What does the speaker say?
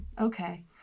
Okay